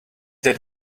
that